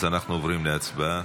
אז אנחנו עוברים להצבעה.